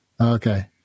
Okay